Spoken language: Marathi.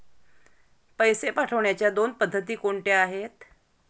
पैसे पाठवण्याच्या दोन पद्धती कोणत्या आहेत?